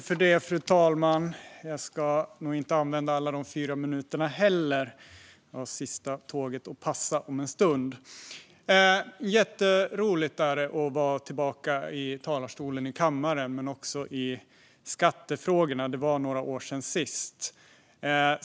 Fru talman! Det är jätteroligt att vara tillbaka i talarstolen i kammaren och i skattefrågorna. Det var några år sedan sist.